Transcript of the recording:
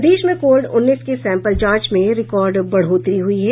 प्रदेश में कोविड उन्नीस के सैम्पल जांच में रिकॉर्ड बढ़ोतरी हुई है